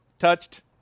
Touched